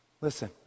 Listen